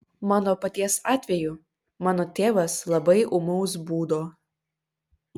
mano paties atveju mano tėvas labai ūmaus būdo